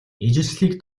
ижилслийг